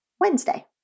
Wednesday